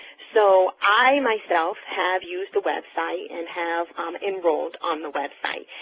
so i myself have used the web site and have enrolled on the web site,